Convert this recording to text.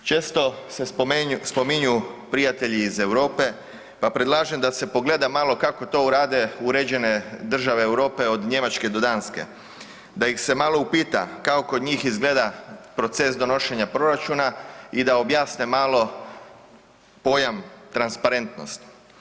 Često se spominju prijatelji iz Europe pa predlažem da se pogleda malo kako to rade uređene države Europe od Njemačke do Danske, da ih se malo upita kako kod njih izgleda proces donošenja proračuna i da objasne malo pojam transparentnost.